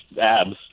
abs